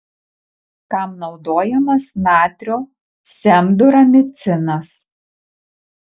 kam naudojamas natrio semduramicinas